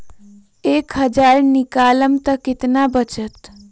एक हज़ार निकालम त कितना वचत?